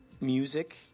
music